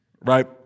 Right